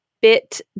bit